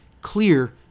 clear